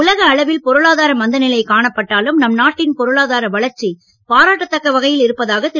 உலக அளவில் பொருளாதார மந்த நிலை காணப்பட்டாலும் நாட்டின் பொருளாதார வளர்ச்சி பாராட்டத்தக்க வகையில் நம் இருப்பதாக திரு